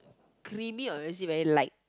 creamy or is it very light